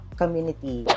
community